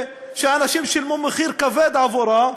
שאנשים שילמו מחיר כבד עבורה,